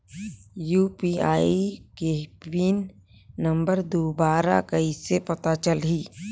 UPI के pin number दुबारा कइसे पता चलही?